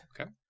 Okay